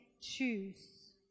choose